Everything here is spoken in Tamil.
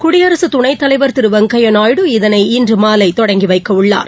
குடியரசுத் துணைத்தலைவர் திரு வெங்கையா நாயுடு இதனை இன்று மாலை தொடங்கி வைக்கவுள்ளார்